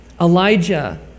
Elijah